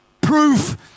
proof